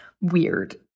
weird